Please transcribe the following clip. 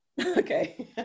Okay